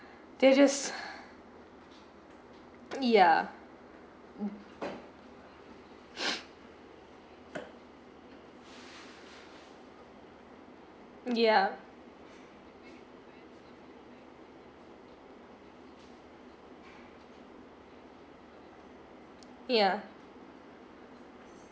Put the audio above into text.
they're just yeah yeah yeah